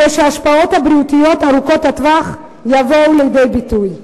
שההשפעות הבריאותיות ארוכות הטווח יבואו לידי ביטוי.